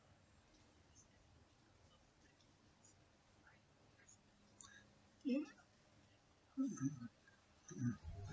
mm mm